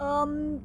um